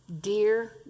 dear